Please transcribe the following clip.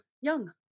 young